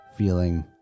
feeling